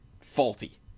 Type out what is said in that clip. faulty